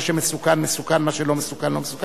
מה שמסוכן, מסוכן, מה שלא מסוכן, לא מסוכן.